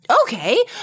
Okay